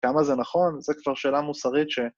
כמה זה נכון? זו כבר שאלה מוסרית ש...